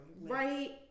Right